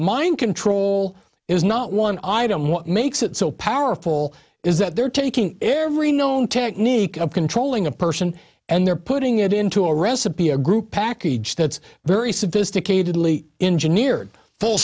mind control is not one item what makes it so powerful is that they're taking every known technique of controlling a person and they're putting it into a recipe a group package that's very sophisticated only engineered full